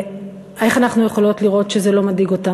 איך אנחנו יכולות לראות שזה לא מדאיג אותם,